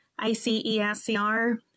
ICESCR